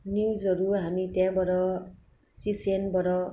न्युजहरू हामी त्यहाँबाट सिसिएनबाट